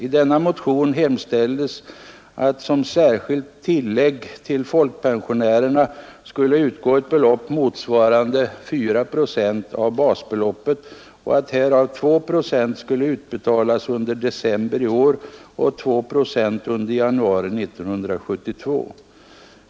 I denna motion hemställes att som särskilt tillägg till folkpensionärerna skulle utgå ett belopp motsvarande 4 procent av basbeloppet och att härav 2 procent skulle utbetalas under december i år och 2 procent under januari 1972.